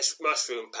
Mushroom